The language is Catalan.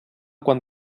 quan